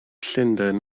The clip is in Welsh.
llundain